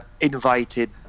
invited